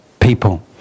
people